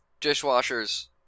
dishwashers